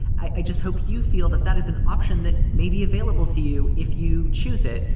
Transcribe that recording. i just hope you feel that that is an option that may be available to you if you choose it,